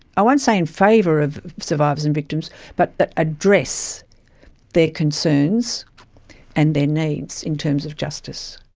i won't say in favour of survivors and victims but that address their concerns and their needs in terms of justice.